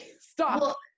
stop